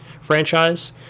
franchise